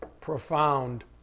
profound